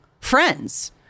friends